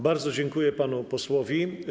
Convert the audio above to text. Bardzo dziękuję panu posłowi.